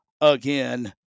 again